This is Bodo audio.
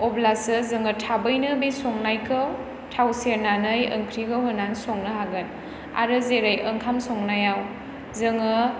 अब्लासो जोङो थाबैनो बे संनायखौ थाव सेरनानै ओंख्रिखौ होना संनो हागोन आरो जेरै ओंखाम संनायाव जोङो